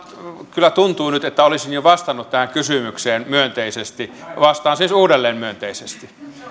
kyllä tuntuu nyt että olisin jo vastannut tähän kysymykseen myönteisesti vastaan siis uudelleen myönteisesti